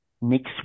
next